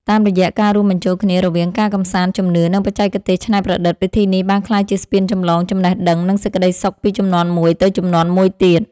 តាមរយៈការរួមបញ្ចូលគ្នារវាងការកម្សាន្ត ជំនឿ និងបច្ចេកទេសច្នៃប្រឌិត ពិធីនេះបានក្លាយជាស្ពានចម្លងចំណេះដឹង និងសេចក្ដីសុខពីជំនាន់មួយទៅជំនាន់មួយទៀត។